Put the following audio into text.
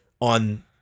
on